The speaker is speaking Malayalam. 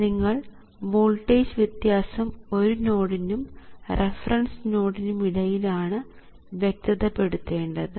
നിങ്ങൾ വോൾട്ടേജ് വ്യത്യാസം ഒരു നോഡിനും റഫറൻസ് നോഡിനും ഇടയിൽ ആണ് വ്യക്തതപെടുത്തേണ്ടത്